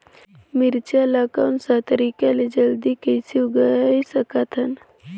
मिरचा ला कोन सा तरीका ले जल्दी कइसे उगाय सकथन?